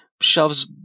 shoves